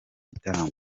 gitaramo